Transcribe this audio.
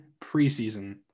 preseason